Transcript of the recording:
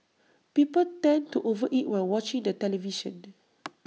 people tend to over eat while watching the television